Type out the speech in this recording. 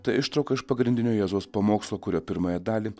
tai ištrauka iš pagrindinio jėzaus pamokslo kurio pirmąją dalį